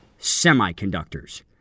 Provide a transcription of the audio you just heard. Semiconductors